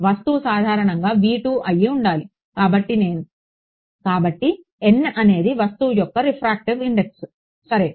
వస్తువు సాధారణంగా అయ్యి ఉంటుంది కాబట్టి n అనేది వస్తువు యొక్క రిఫ్రాక్టివ్ ఇండెక్స్ సరే